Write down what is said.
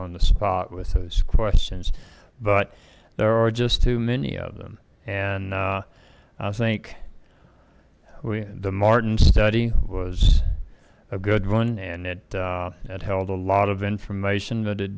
on the spot with those questions but there are just too many of them and i think the martin study was a good one and that it held a lot of information that it